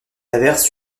averse